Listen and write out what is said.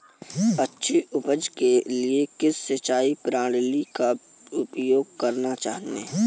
अच्छी उपज के लिए किस सिंचाई प्रणाली का उपयोग करना चाहिए?